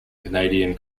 canadian